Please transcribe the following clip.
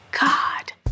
God